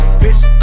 bitch